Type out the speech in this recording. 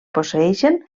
posseeixen